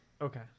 Okay